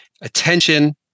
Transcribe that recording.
attention